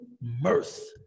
mirth